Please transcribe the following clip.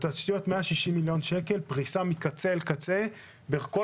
בתשתיות - 160 מיליון שקל לפריסה מקצה אל קצה בכל